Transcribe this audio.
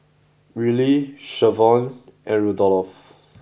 Rillie Shavon and Rudolfo